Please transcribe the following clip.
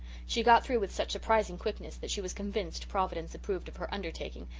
she got through with such surprising quickness that she was convinced providence approved of her undertaking,